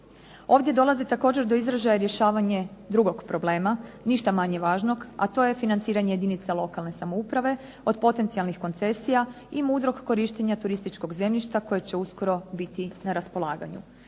Ovdje dolazi također do izražaja rješavanje drugog problema, ništa manje važnog, a to je financiranje jedinica lokalne samouprave od potencijalnih koncesija i mudrog korištenja turističkog zemljišta koje će uskoro biti na raspolaganju.